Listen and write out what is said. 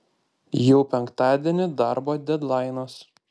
jau penktadienį darbo dedlainas